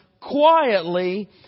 quietly